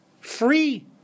Free